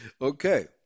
Okay